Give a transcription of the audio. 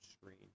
screen